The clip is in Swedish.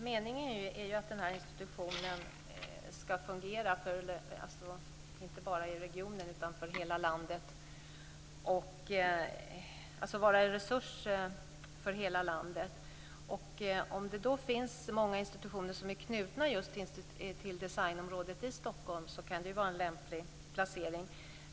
Herr talman! Det är ju meningen att den här institutionen ska vara en resurs inte bara för regionen utan för hela landet. Om det då finns många institutioner som är knutna till just designområdet i Stockholm så kan det ju vara en lämplig placering.